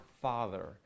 Father